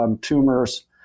Tumors